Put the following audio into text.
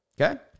okay